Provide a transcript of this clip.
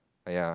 !aiya!